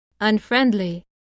unfriendly